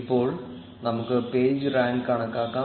ഇപ്പോൾ നമുക്ക് page rank കണക്കാക്കാം